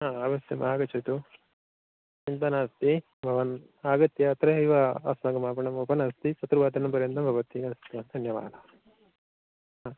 ह अवश्यम् आगच्छतु चिन्ता नास्ति भवान् आगत्य अत्र एव अस्माकमापणम् ओपेन् अस्ति चतुर्वादनपर्यन्तं भवति अस्तु धन्यवादः हा